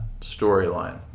storyline